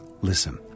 Listen